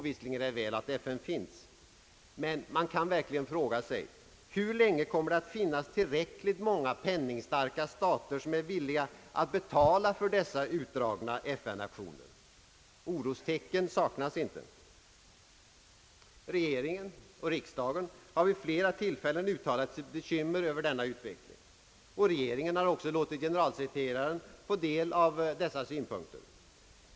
Visserligen är det väl att FN finns, men man kan verkligen fråga sig: Hur länge kommer det att finnas tillräckligt många penningstarka stater, som är villiga att betala för dessa utdragna FN aktioner? Orostecken saknas inte. Regeringen och riksdagen har vid flera tillfällen uttalat sitt bekymmer över denna utveckling. Regeringen har också låtit generalsekreteraren ta del av dessa synpunkter.